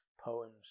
poems